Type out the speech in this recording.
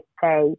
say